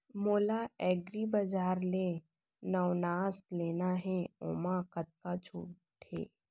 मोला एग्रीबजार ले नवनास लेना हे ओमा कतका छूट हे?